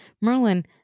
Merlin